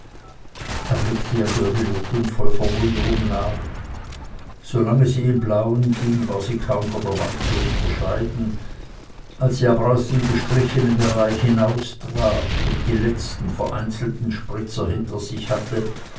er blickte ihr gerührt und voll verwunderung nach solange sie im blauen ging war sie kaum von der wand zu unterscheiden als sie aber aus dem gestrichenen bereich hinaustrat und die letzten vereinzelten spritze hinter sich hatte